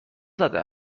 زده